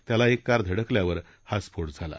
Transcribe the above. त्याला एक कार धडकल्यावर हा स्फोट झाला